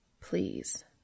Please